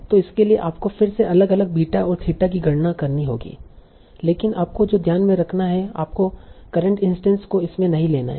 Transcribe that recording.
तो इसके लिए आपको फिर से अलग अलग बीटा और थीटा की गणना करनी होगी लेकिन आपको जो ध्यान में रखना है की आपको करेंट इंस्टैंस को इसमें नहीं लेना होगा